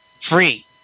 Free